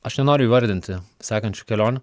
aš nenoriu įvardinti sakančių kelionių